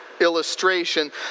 illustration